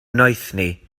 noethni